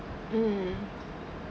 mm